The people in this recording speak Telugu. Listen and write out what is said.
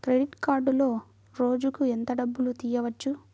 క్రెడిట్ కార్డులో రోజుకు ఎంత డబ్బులు తీయవచ్చు?